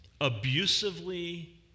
abusively